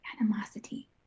animosity